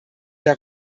der